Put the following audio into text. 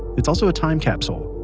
it's also a time capsule,